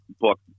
book